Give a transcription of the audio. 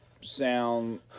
sound